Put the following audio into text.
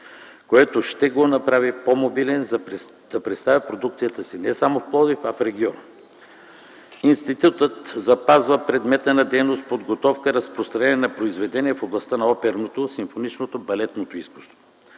което ще го направи по-мобилен да представя продукцията си не само в Пловдив, а и в региона. Институтът запазва предмета на дейност – подготовка и разпространение на произведения в областта на оперното, симфоничното и балетното изкуство.